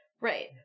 Right